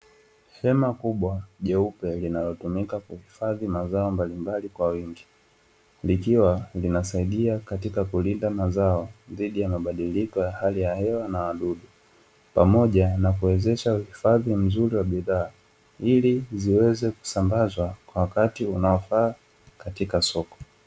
Hema kubwa jeupe, linalotumika kuhifadhi mazao mbalimbali kwa wingi likiwa linasaidia katika kulinda mazao dhidi ya mabadiliko ya hali ya hewa na wadudu. Pamoja na kuwezesha uhifadhi mzuri wa bidhaa, ili ziweze kusambazwa wakati unaofaa katika soko.